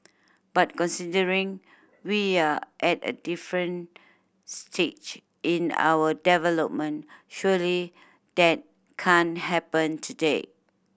but considering we are at a different stage in our development surely that can't happen today